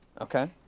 Okay